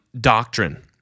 doctrine